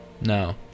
No